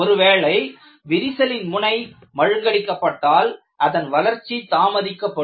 ஒருவேளை விரிசலின் முனை மழுங்கடிக்கப்பட்டால் அதன் வளர்ச்சி தாமதிக்கப்படும்